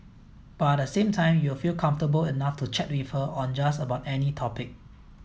but at the same time you will feel comfortable enough to chat with her on just about any topic